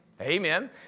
Amen